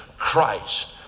Christ